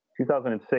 2006